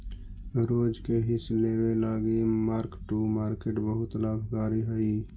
रोज के हिस लेबे लागी मार्क टू मार्केट बहुत लाभकारी हई